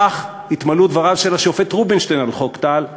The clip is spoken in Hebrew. בכך יתמלאו דבריו של השופט רובינשטיין על חוק טל כשאמר: